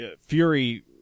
Fury